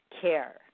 care